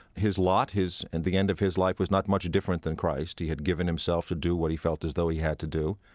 his lot at and the end of his life was not much different than christ. he had given himself to do what he felt as though he had to do.